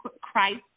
Christ